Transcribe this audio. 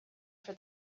for